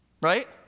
right